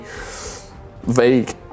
vague